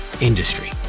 industry